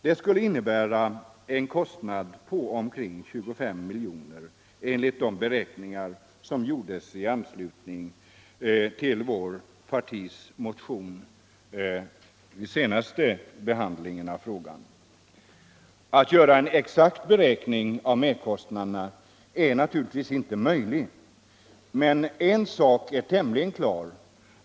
Det skulle innebära en kostnad på omkring 25 miljoner enligt de beräkningar som gjordes i anslutning till vårt partis motion i höstas. Alt göra en exakt beräkning av merkostnaderna är naturligtvis inte möjligt. Men en sak är tämligen klar.